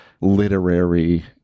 literary